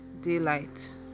daylight